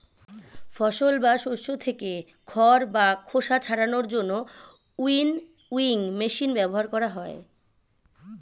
ফসল বা শস্য থেকে খড় বা খোসা ছাড়ানোর জন্য উইনউইং মেশিন ব্যবহার করা হয়